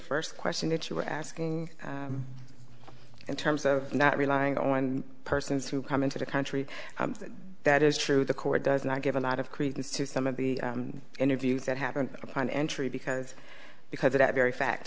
first question that you were asking in terms of not relying on persons who come into the country that is true the core does not give a lot of credence to some of the interviews that happened upon entry because because of that very fa